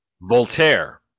Voltaire